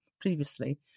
previously